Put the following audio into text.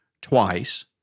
twice